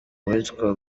uwitwa